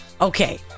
Okay